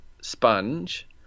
sponge